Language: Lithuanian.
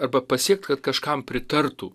arba pasiekt kad kažkam pritartų